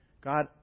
God